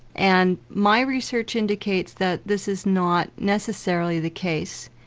and my research indicates that this is not necessarily the case,